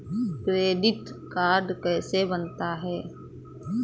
Credit card कैसे बनता है?